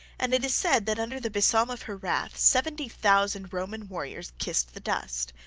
and it is said that under the besom of her wrath seventy thousand roman warriors kissed the dust.